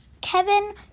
Kevin